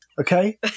Okay